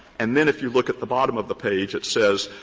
and then if you look at the bottom of the page, it says,